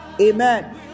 Amen